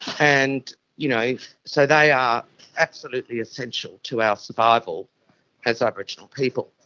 and you know so they are absolutely essential to our survival as aboriginal people.